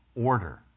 order